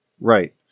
Right